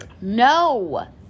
No